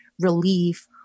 relief